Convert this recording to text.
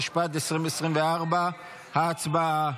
התשפ"ד 2024. הצבעה.